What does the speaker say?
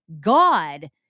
God